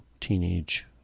teenage